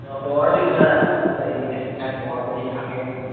ꯑꯣ ꯄꯥꯋꯥꯔꯗꯤ ꯈꯔ ꯂꯩꯕꯅꯦ ꯃꯥꯏ ꯄꯥꯋꯥꯔꯁꯤ ꯑꯩ ꯈꯪꯉꯦ ꯑꯩꯁꯨ